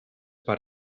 per